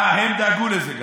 אה, הם דאגו לזה גם,